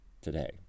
today